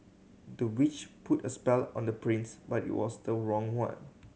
the witch put a spell on the prince but it was the wrong one